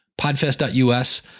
podfest.us